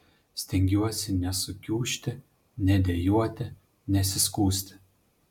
stengiuosi nesukiužti nedejuoti nesiskųsti